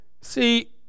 See